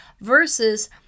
versus